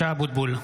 (קורא בשמות חברי הכנסת) משה אבוטבול,